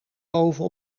boven